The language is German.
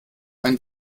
ein